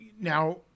now